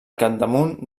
capdamunt